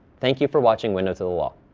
thank you for watching window to the law.